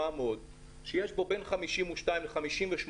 ערעור מדויק על פי הסרט של הבחינה.